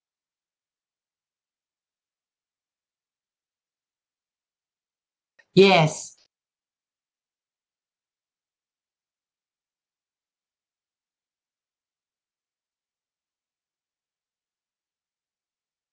yes